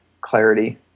clarity